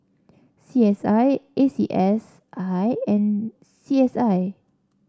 C S I A C S I and C S I